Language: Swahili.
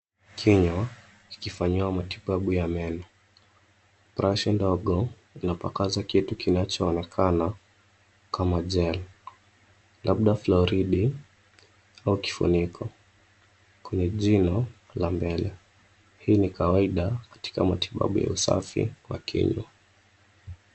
Kinywa kikifanyiwa matibabu ya meno. Burashi ndogo inapakaza kitu kunachoonekana kama gel labda floride au kifuniko kwenye jino la mbele. Hii ni kawaida katika matibabu ya usafi wa kinywa.